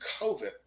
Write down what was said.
COVID